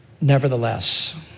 nevertheless